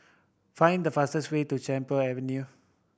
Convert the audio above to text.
find the fastest way to Camphor Avenue